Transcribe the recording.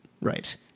Right